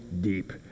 deep